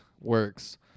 Works